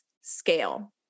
scale